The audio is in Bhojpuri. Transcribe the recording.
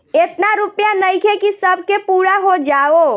एतना रूपया नइखे कि सब के पूरा हो जाओ